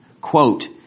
Quote